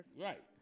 Right